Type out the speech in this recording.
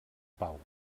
pau